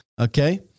Okay